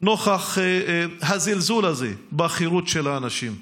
נוכח הזלזול הזה בחירות של האנשים.